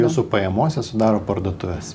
jūsų pajamose sudaro parduotuvės